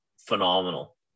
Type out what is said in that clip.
phenomenal